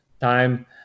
time